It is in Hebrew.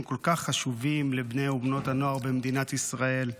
כל כך חשובים לבני ובנות הנוער במדינת ישראל.